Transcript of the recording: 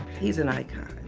he's an icon.